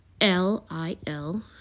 L-I-L